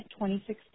2016